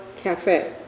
Cafe